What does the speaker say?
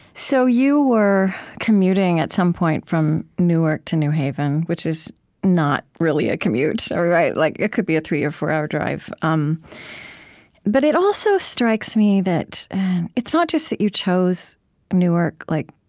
so you were commuting, at some point, from newark to new haven, which is not really a commute. ah like it could be a three or four-hour drive. um but it also strikes me that it's not just that you chose newark, like